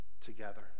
together